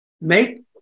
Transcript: Make